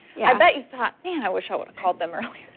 yeah i bet you thought man i wish i would've called them earlier.